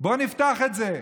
בואו נפתח את זה.